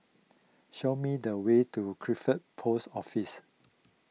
show me the way to Crawford Post Office